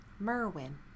Merwin